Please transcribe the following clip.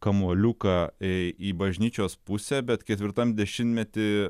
kamuoliuką į bažnyčios pusę bet ketvirtam dešimtmety